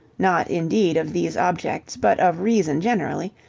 not indeed of these objects, but of reason generally,